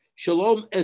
Shalom